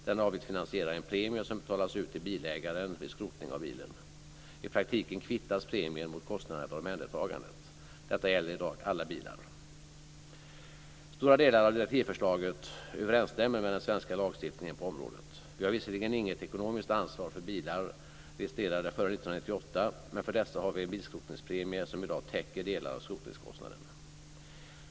Denna avgift finansierar en premie som betalas ut till bilägaren vid skrotning av bilen. I praktiken kvittas premien mot kostnaderna för omhändertagandet. Detta gäller i dag alla bilar. Stora delar av direktivförslaget överensstämmer med den svenska lagstiftningen på området. Vi har visserligen inget ekonomiskt ansvar för bilar registrerade före 1998, men för dessa har vi en bilskrotningspremie som i dag täcker delar av skrotningskostnaden.